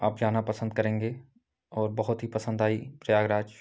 आप जाना पसन्द करेंगे और बहुत ही पसन्द आया प्रयागराज